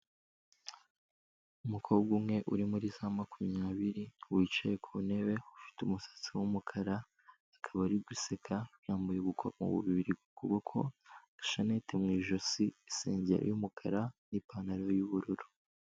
Umukobwa umwe uri muri za makumyabiri, wicaye ku ntebe ufite umusatsi w'umukara, akaba ari guseka, yambaye ubukomo bububiri ku kuboko, agashanete mu ijosi, isengeri y'umukara n'ipantaro y'ubururu.